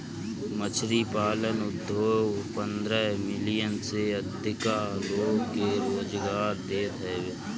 मछरी पालन उद्योग पन्द्रह मिलियन से अधिका लोग के रोजगार देत हवे